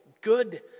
good